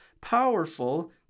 powerful